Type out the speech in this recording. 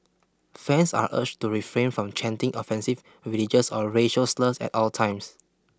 fans are urged to refrain from chanting offensive religious or racial slurs at all times